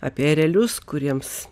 apie erelius kuriems